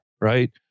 right